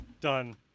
Done